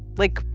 like,